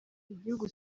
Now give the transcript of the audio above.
igihugu